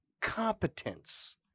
competence